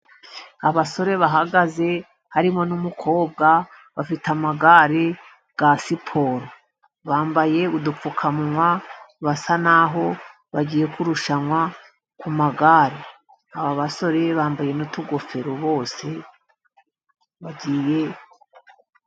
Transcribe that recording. Abasore bahagaze harimo n'umukobwa, bafite amagare ya siporo bambaye udupfukawa basa naho bagiye kurushanwa ku magare, aba basore bambaye utugofero bose.